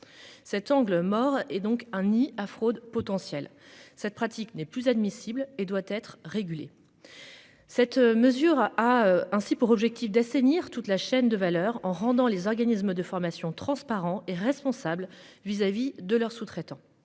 cet angle mort et donc un y a fraude potentielle, cette pratique n'est plus admissible et doit être régulée. Cette mesure a ainsi pour objectif d'assainir toute la chaîne de valeur en rendant les organismes de formation transparent et responsable vis-à-vis de leurs sous-traitants.